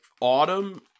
autumn